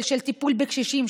על טיפול בקשישים.